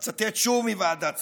אצטט שוב מוועדת צדוק: